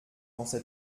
pensa